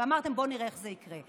ואמרתם: בואו נראה איך זה יקרה.